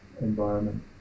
environment